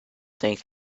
thanks